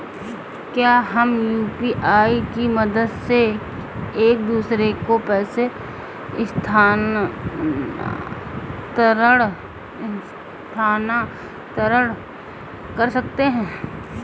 क्या हम यू.पी.आई की मदद से एक दूसरे को पैसे स्थानांतरण कर सकते हैं?